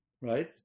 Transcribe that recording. Right